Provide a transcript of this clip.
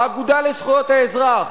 האגודה לזכויות האזרח,